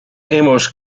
amos